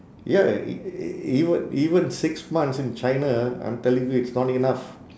ya e~ even even six months in china I'm telling you it's not enough